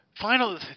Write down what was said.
Final